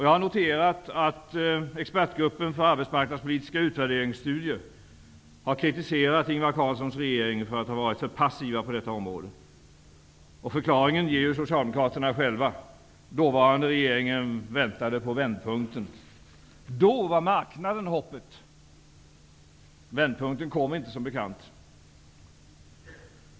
Jag har noterat att Expertgruppen för arbetsmarknadspolitiska utvärderingsstudier har kritiserat Ingvar Carlssons regering för att den har varit för passiv på detta område. Förklaringen ger ju Socialdemokraterna själva: dåvarande regeringen inväntade vändpunkten. Då var marknaden hoppet -- vänkdpunkten kom inte, som bekant.